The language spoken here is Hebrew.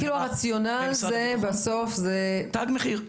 הרציונל בסוף הוא --- תג מחיר.